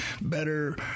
better